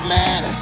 man